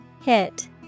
Hit